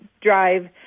drive